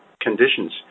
conditions